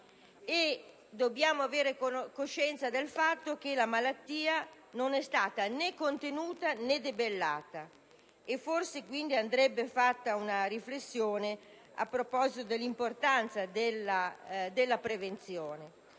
e dobbiamo avere coscienza del fatto che la malattia non è stata né contenuta, né debellata. Andrebbe quindi forse fatta una riflessione a proposito dell'importanza della prevenzione.